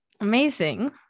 Amazing